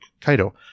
Kaido